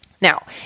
Now